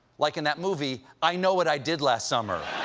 like in that movie, i know what i did last summer.